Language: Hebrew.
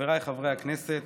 חבריי חברי הכנסת,